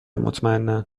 مطمئنا